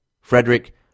Frederick